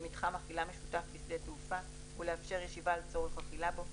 במתחם אכילה משותף בשדה תעופה ולאפשר ישיבה לצורך אכילה בו,